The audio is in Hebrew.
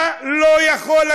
אתה לא יכול,